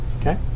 Okay